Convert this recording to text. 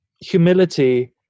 humility